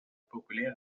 populaire